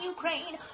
Ukraine